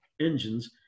engines